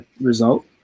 result